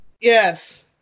Yes